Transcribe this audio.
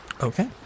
Okay